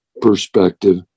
perspective